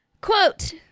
Quote